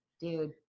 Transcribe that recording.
Dude